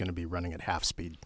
going to be running at half speed